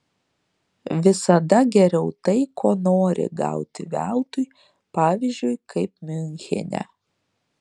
visada geriau tai ko nori gauti veltui pavyzdžiui kaip miunchene